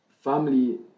family